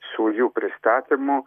su jų pristatymu